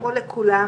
כמו לכולם.